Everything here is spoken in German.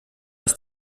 ist